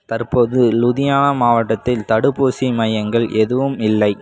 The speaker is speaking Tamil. தற்போது லுதியானா மாவட்டத்தில் தடுப்பூசி மையங்கள் எதுவும் இல்லை